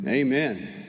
Amen